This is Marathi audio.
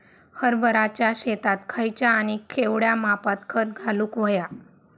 हरभराच्या शेतात खयचा आणि केवढया मापात खत घालुक व्हया?